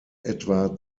etwa